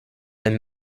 than